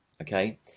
okay